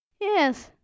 Yes